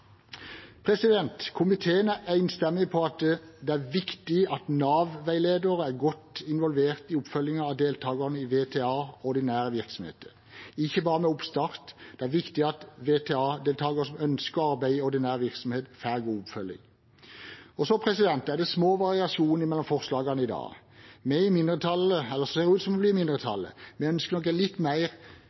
Komiteen er enstemmig på at det er viktig at Nav-veiledere er godt involvert i oppfølgingen av deltakerne i VTA i ordinære virksomheter, og ikke bare ved oppstart. Det er viktig at VTA-deltakere som ønsker å arbeide i ordinær virksomhet, får god oppfølging. Det er små variasjoner mellom forslagene i dag. Vi i det som ser ut til å bli mindretallet, ønsker nok en litt mer